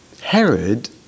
Herod